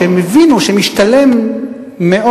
שהבינו שמשתלם מאוד,